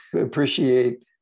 appreciate